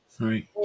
right